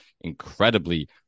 incredibly